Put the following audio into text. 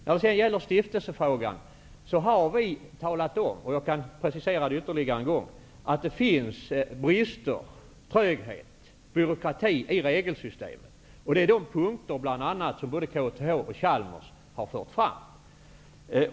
Vad sedan gäller stiftelsefrågan kan jag ytterligare en gång precisera att vi har talat om att det finns brister, tröghet och byråkrati i regelsystemet. Det är punkter som bl.a. både KTH och Chalmers för fram.